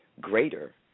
greater